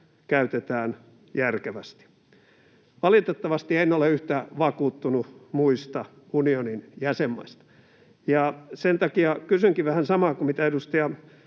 käytetään järkevästi. Valitettavasti en ole yhtä vakuuttunut muista unionin jäsenmaista, ja sen takia kysynkin vähän samaa kuin mitä edustaja